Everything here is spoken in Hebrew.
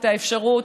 את האפשרות,